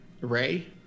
Ray